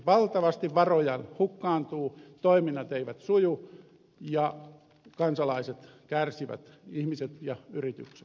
valtavasti varoja hukkaantuu toiminnat eivät suju ja kansalaiset kärsivät ihmiset ja yritykset